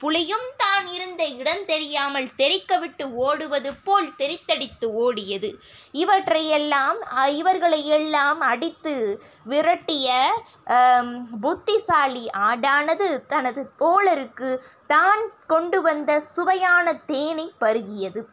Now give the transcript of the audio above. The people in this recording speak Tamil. புலியும் தான் இருந்த இடந்தெரியாமல் தெறிக்கவிட்டு ஓடுவதுப் போல் தெறித்தடித்து ஓடியது இவற்றையெல்லாம் இவர்களை எல்லாம் அடித்து விரட்டிய புத்திசாலி ஆடானது தனது தோழருக்கு தான் கொண்டு வந்த சுவையான தேனை பருகியது